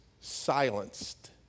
silenced